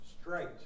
Straight